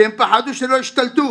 שהם פחדו שלא ישתלטו